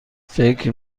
فکر